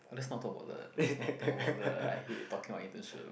let's not talk about that let's not talk about that I hate talking my internship